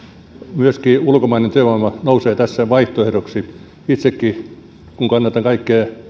myöskin ulkomainen työvoima nousee tässä vaihtoehdoksi itsekin kun kannatan kaikkea